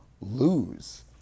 lose